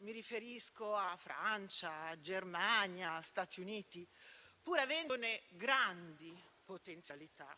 (mi riferisco a Francia, Germania, Stati Uniti), pur avendone grandi potenzialità,